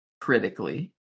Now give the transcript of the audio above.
critically